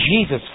Jesus